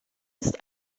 ist